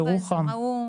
גם בירוחם.